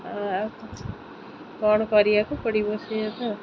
ଆଉ କ'ଣ କରିବାକୁ ପଡ଼ିବ ସେୟା ତ